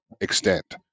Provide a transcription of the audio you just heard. extent